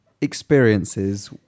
experiences